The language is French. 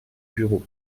bureau